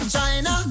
China